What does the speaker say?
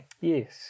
Yes